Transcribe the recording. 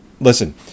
Listen